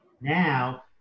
now